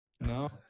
No